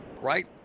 right